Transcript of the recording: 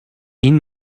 این